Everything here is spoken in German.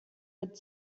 mit